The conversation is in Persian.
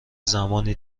زمانی